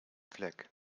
fleck